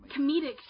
comedic